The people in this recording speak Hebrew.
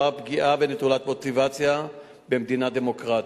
פגיעה ונטולת מוטיבציה במדינה דמוקרטית.